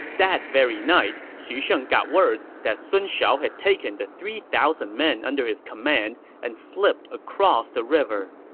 that very night, xu sheng got word that sun shao had taken the three thousand men under his command and slipped across the river.